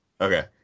Okay